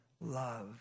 love